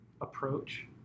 approach